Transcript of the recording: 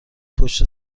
پشت